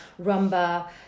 rumba